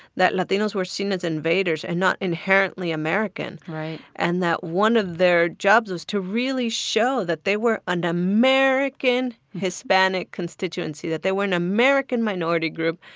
that latinos were seen as invaders and not inherently american. right. and that one of their jobs was to really show that they were an and american hispanic constituency that they were an american minority group,